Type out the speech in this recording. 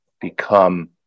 become